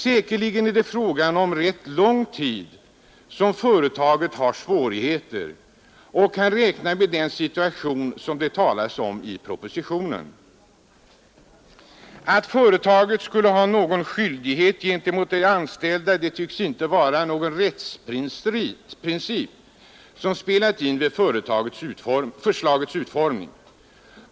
Säkerligen har företaget svårigheter rätt lång tid och kan räkna med den situation som det talas om i propositionen. Att företag skulle ha någon skyldighet gentemot de anställda tycks inte vara någon rättsprincip som spelat in vid förslagets utformning.